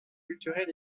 culturelle